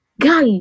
guy